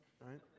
right